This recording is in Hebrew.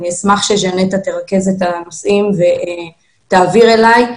אני אשמח שז'נטה תרכז את הנושאים ותעביר אלי.